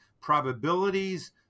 probabilities